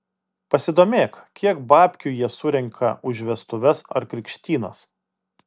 pasidomėk kiek babkių jie surenka už vestuves ar krikštynas